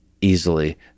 easily